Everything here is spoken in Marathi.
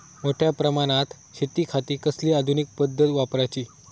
मोठ्या प्रमानात शेतिखाती कसली आधूनिक पद्धत वापराची?